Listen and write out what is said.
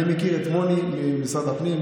אני מכיר את מוני ממשרד הפנים,